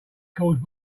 caused